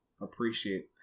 appreciate